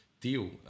deal